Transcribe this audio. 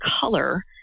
color